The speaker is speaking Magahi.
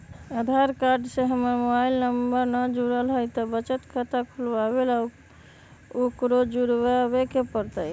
आधार कार्ड से हमर मोबाइल नंबर न जुरल है त बचत खाता खुलवा ला उकरो जुड़बे के पड़तई?